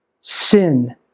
sin